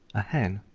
a hen,